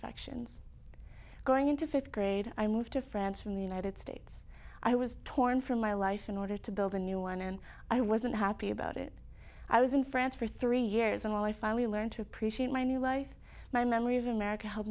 imperfections going into fifth grade i moved to france from the united states i was torn from my life in order to build a new one and i wasn't happy about it i was in france for three years and i finally learned to appreciate my new life my memories america help